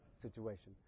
situation